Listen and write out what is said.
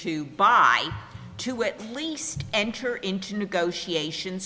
to buy to it least enter into negotiations